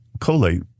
collate